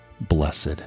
blessed